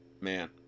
Man